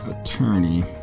attorney